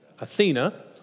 Athena